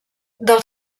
del